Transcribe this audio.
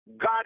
God